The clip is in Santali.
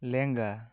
ᱞᱮᱸᱜᱟ